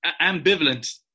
ambivalent